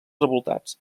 revoltats